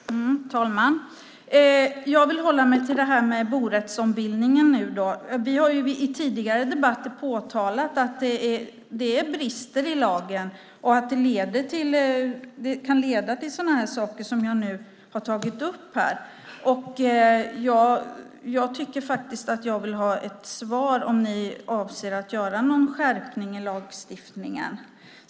Herr talman! Jag vill hålla mig till borättsombildningen nu. Vi har i tidigare debatter påtalat att det är brister i lagen och att det kan leda till sådana saker som jag nu har tagit upp här. Jag vill ha ett svar om ifall ni avser att göra någon skärpning i lagstiftningen.